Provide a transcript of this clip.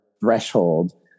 threshold